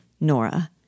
Nora